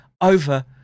over